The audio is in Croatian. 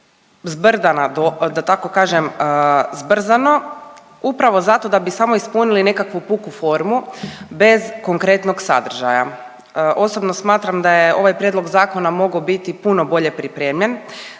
zbrda na do…, da tako kažem zbrzano upravo zato da bi samo ispunili nekakvu puku formu bez konkretnog sadržaja. Osobno smatram da je ovaj prijedlog zakona mogao biti puno bolje pripremljen